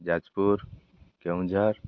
Jajpur Keonjhar